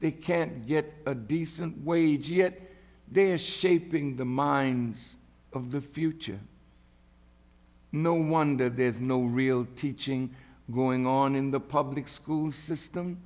they can't get a decent wage yet there is shaping the minds of the future no wonder there's no real teaching going on in the public school system